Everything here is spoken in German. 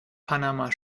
panama